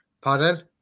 Pardon